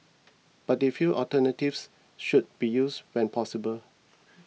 but they feel alternatives should be used when possible